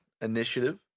initiative